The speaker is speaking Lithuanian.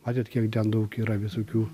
matėt kiek ten daug yra visokių